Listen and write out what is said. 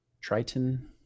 Triton